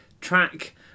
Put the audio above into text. track